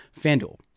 FanDuel